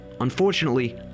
Unfortunately